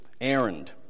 errand